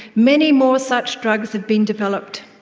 many more such drugs have been developed.